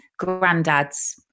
granddads